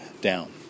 down